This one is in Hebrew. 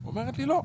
היא אומרת לי לא,